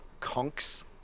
conks